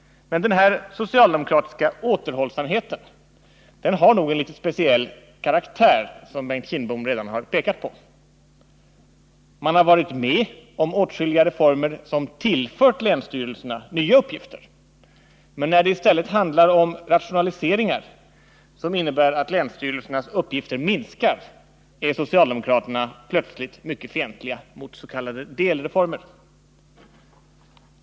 Men den här socialdemokratiska ”återhållsamheten” har nog en litet speciell karaktär, vilket Bengt Kindbom redan har pekat på. Socialdemokraterna har varit med och fattat beslut om åtskilliga reformer som tillfört länsstyrelserna nya uppgifter, men när det i stället handlar om rationaliseringar som innebär att länsstyrelsernas uppgifter minskar är socialdemokraterna plötsligt mycket fientliga mot s.k. delreformer.